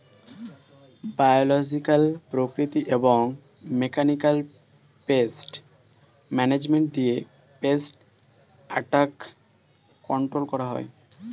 biological, প্রাকৃতিক এবং mechanical pest management দিয়ে পেস্ট অ্যাটাক কন্ট্রোল করা হয়